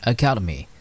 Academy